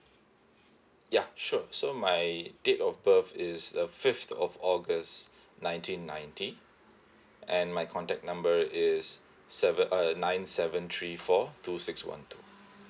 ya sure so my date of birth is uh fifth of august nineteen ninety and my contact number is seven uh nine seven three four two six one two